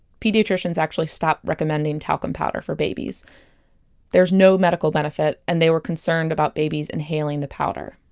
pediatricians actually stopped recommending talcum powder for babies there is no medical benefit and they were concerned about babies inhaling the powder